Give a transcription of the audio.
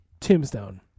Tombstone